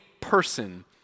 person